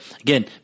Again